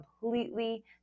completely